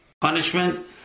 punishment